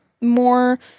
more